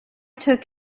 took